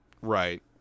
Right